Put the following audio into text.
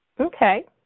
Okay